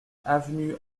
avenue